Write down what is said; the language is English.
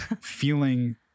feeling